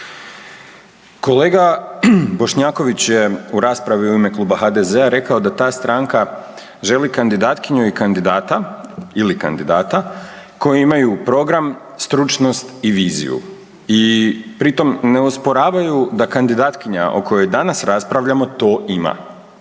Kolega Bošnjaković je u raspravi u ime Kluba HDZ-a rekao da ta stranka želi kandidatkinju i kandidata, ili kandidata koji imaju program, stručnost i viziju. I pri tom ne osporavaju da kandidatkinja o kojoj danas raspravljamo to ima.